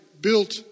built